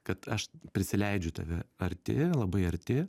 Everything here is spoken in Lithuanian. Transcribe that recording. kad aš prisileidžiu tave arti labai arti